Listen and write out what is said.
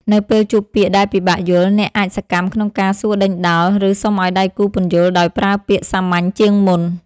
នៅពេលជួបពាក្យដែលពិបាកយល់ អ្នកអាចសកម្មក្នុងការសួរដេញដោល ឬសុំឱ្យដៃគូពន្យល់ដោយប្រើពាក្យសាមញ្ញជាងមុន។